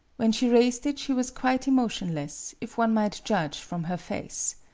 when she raised it she was quite emotionless, if one might judge from her face.